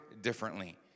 differently